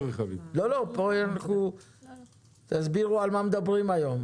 תסבירו לו על מה מדברים היום.